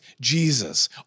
Jesus